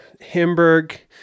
Hamburg